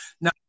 Now